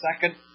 second